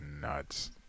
nuts